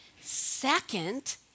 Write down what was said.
Second